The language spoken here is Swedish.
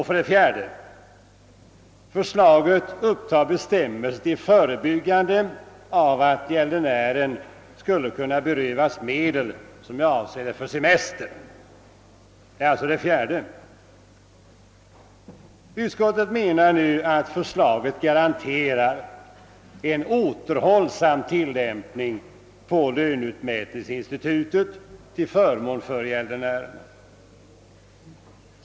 För det fjärde: Förslaget upptar bestämmelser till förebyggande av att gäldenären skulle kunna berövas medel som är avsedda för semester. Vi inom utskottet menar att förslaget garanterar en återhållsam tillämpning av löneutmätningsinstitutet till förmån för gäldenärerna.